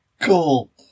Cool